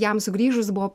jam sugrįžus buvo